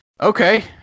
Okay